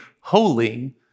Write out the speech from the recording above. holy